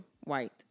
white